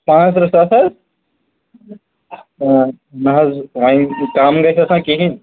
پانژھ ترٕٛہ ساس حظ آ نہَ حظ وۅنۍ کَم ریٹاہ گژھیٚس نا کِہیٖنٛۍ